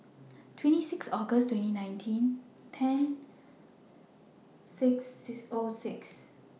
twenty six August twenty nineteen ten six O six